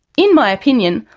in my opinion,